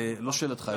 לא שאלתך,